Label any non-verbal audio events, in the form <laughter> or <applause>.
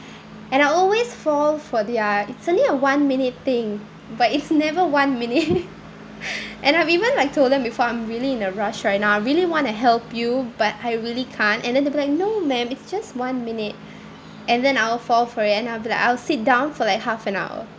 and I always fall for their it's only a one minute thing but it's never one minute <laughs> and I've even like told them before I'm really in a rush right now I really want to help you but I really can't and then they'll be like no ma'am it's just one minute and then I'll fall for it and after that I'll sit down for like half an hour